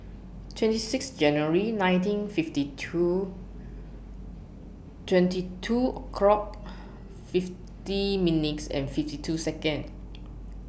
twenty six January nineteen fifty two twenty two o'clock fifty minutes and fifty two Seconds